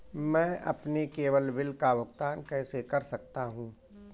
मैं अपने केवल बिल का भुगतान कैसे कर सकता हूँ?